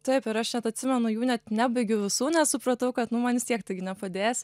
taip ir aš net atsimenu jų net nebaigiau visų nes supratau kad nu man vis tiek tai nepadės